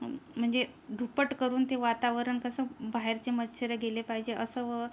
म्हणजे धुपट करून ते वातावरण कसं बाहेरचे मच्छरं गेले पाहिजे असं